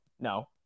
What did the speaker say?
No